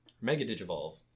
Mega-Digivolve